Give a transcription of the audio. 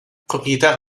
propriétaire